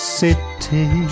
city